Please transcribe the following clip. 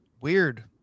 weird